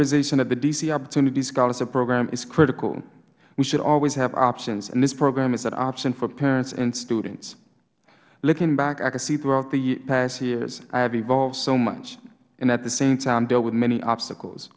of the d c opportunity scholarship program is critical we should always have options and this program is an option for parents and students looking back i can see throughout the past years i have evolved so much and at the same time dealt with many obstacles